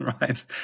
right